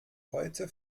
heute